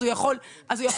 אז הוא יכול לבחור.